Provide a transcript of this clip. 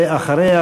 ואחריה,